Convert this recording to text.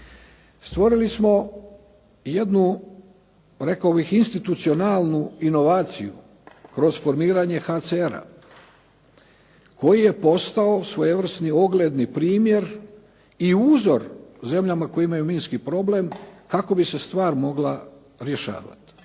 Stvorili smo jednu rekao bih institucionalnu inovaciju kroz formiranje HCR-a koji je postao svojevrsni ogledni primjer i uzor zemljama koje imaj minski problem, kako bi se stvar mogla rješavati.